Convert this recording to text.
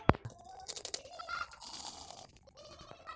net banking login करके अपन रोज के भुगतान सीमा देखल जा सको हय